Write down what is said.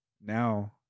now